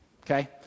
okay